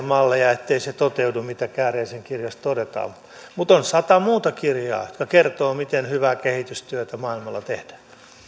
sellaisia malleja ettei se toteudu mitä kääriäisen kirjassa todetaan mutta on sata muuta kirjaa jotka kertovat miten hyvää kehitystyötä maailmalla tehdään